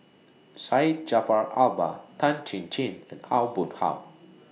Syed Jaafar Albar Tan Chin Chin and Aw Boon Haw